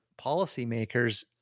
policymakers